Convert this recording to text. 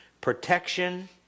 protection